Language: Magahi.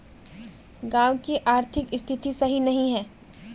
गाँव की आर्थिक स्थिति सही नहीं है?